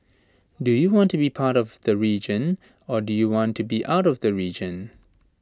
do you want to be part of the region or do you want to be out of the region